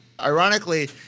ironically